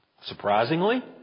surprisingly